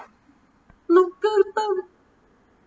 local term